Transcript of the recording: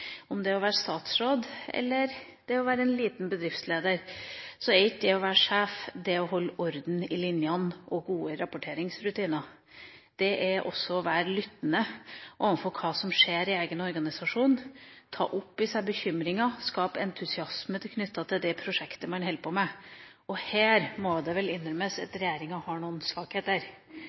om det er det å være statsråd eller det å være en liten bedriftsleder – dreier seg ikke bare om å holde orden i linjene og ha gode rapporteringsrutiner. Det dreier seg også om å være lyttende til hva som skjer i egen organisasjon, ta opp i seg bekymringer og skape entusiasme knyttet til det prosjektet man holder på med. Her må det vel innrømmes at regjeringa har noen svakheter.